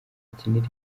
akinira